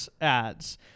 ads